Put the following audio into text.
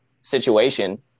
situation